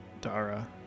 Dara